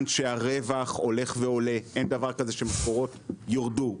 הרווח הולך ועולה - אין דבר כזה שמשכורות ירדו,